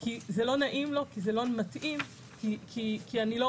כי זה לא נעים לו, כי זה לא מתאים, כי אני לא